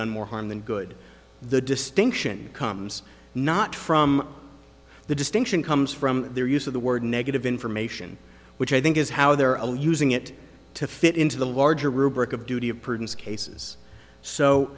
done more harm than good the distinction comes not from the distinction comes from their use of the word negative information which i think is how their own using it to fit into the larger rubric of duty